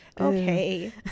Okay